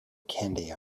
candy